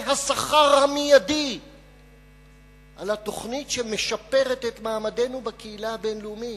זה השכר המיידי על התוכנית ש"משפרת את מעמדנו בקהילה הבין-לאומית".